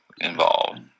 involved